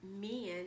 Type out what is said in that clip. men